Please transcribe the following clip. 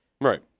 Right